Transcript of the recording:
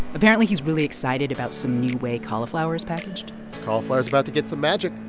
apparently, he's really excited about some new way cauliflower's packaged cauliflower's about to get some magic.